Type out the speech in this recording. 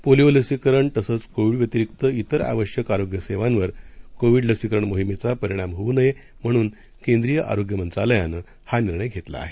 polio लसीकरण तसंच Covid व्यतिरिक्त तेर आवश्यक आरोग्य सेवांवर कोविड लसीकरण मोहिमेचा परिणाम होऊ नये म्हणून केंद्रीय आरोग्य मंत्रालयानं हा निर्णय घेतला आहे